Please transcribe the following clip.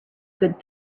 good